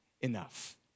enough